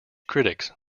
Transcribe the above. critics